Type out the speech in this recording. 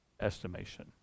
estimation